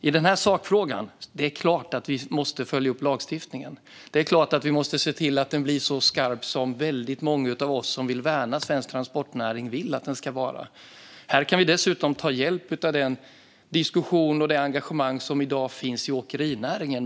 I sakfrågan är det klart att vi måste följa upp lagstiftningen. Det är klart att vi måste se till att den blir så skarp som väldigt många av oss som vill värna svensk transportnäring vill att den ska vara. Här kan vi dessutom ta hjälp av den diskussion och det engagemang som i dag finns i åkerinäringen.